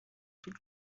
tout